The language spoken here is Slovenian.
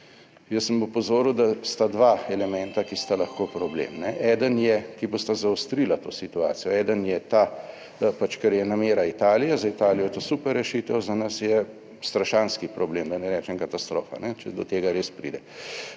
Jaz sem opozoril, da sta dva elementa, ki sta lahko problem. Eden je, ki bosta zaostrila to situacijo, eden je ta da pač kar je namera Italije za Italijo je to super rešitev, za nas je strašanski problem, da ne rečem katastrofa, **64. TRAK: (TB)